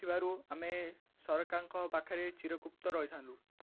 ଥିବାରୁ ଆମେ ସରକାରଙ୍କ ପାଖରେ ଚିରପକୃତ ରହିଥାନ୍ତୁ